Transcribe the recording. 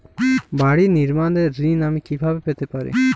বাড়ি নির্মাণের ঋণ আমি কিভাবে পেতে পারি?